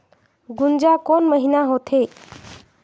गुनजा कोन महीना होथे?